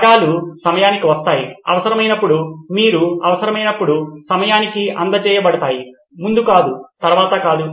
భాగాలు సమయానికి వస్తాయి అవసరమైనప్పుడు మరియు అవసరమైనప్పుడు సమయానికి అందజేయు చేయబడతాయి ముందు కాదు తర్వాత కాదు